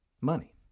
money